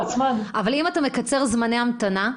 אבל אם אתה מקצר זמני המתנה,